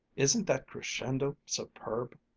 isn't that crescendo superb?